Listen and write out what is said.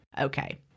Okay